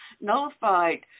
nullified